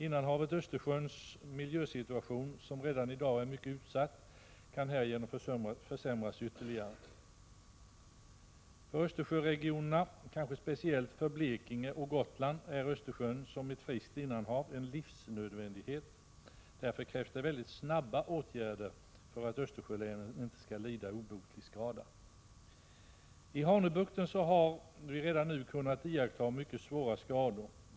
Innanhavet Östersjöns miljösituation, som redan i dag är mycket utsatt, kan härigenom försämras ytterligare. För Östersjöregionerna — kanske speciellt för Blekinge och Gotland — är Östersjön som ett friskt innanhav en livsnödvändighet. Det krävs därför mycket snabba åtgärder för att Östersjölänen inte skall lida obotlig skada. I Hanöbukten har man redan nu kunnat iaktta mycket svåra skador.